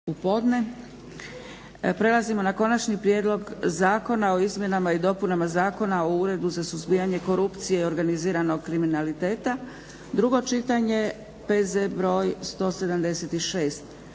(SDP)** Prelazimo na - Konačni prijedlog zakona o izmjenama i dopunama Zakona o Uredu za suzbijanje korupcije i organiziranog kriminaliteta, drugo čitanje, PZ br. 176